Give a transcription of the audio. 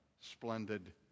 splendid